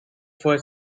for